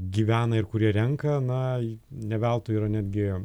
gyvena ir kurie renka na ne veltui yra netgi